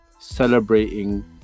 celebrating